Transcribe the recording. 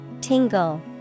tingle